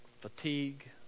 fatigue